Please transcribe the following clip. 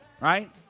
right